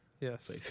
Yes